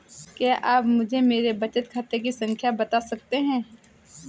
क्या आप मुझे मेरे बचत खाते की खाता संख्या बता सकते हैं?